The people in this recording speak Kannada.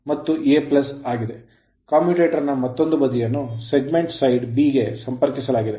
Commutator ಕಮ್ಯೂಟರೇಟರ್ ನ ಮತ್ತೊಂದು ಬದಿಯನ್ನು segment segment side side B ಗೆ ಸಂಪರ್ಕಿಸಲಾಗಿದೆ